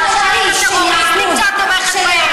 אל תאשימי את השוטרים,